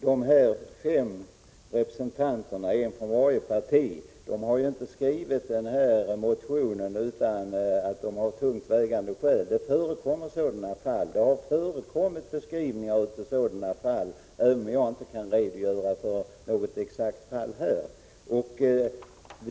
Herr talman! De fem representanterna, en för varje parti, har inte skrivit motionen utan tungt vägande skäl. Det har förekommit beskrivningar av sådana fall som reservationen gäller, även om jag inte här kan redogöra för något exakt fall.